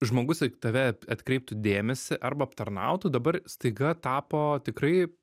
žmogus į tave atkreiptų dėmesį arba aptarnautų dabar staiga tapo tikrai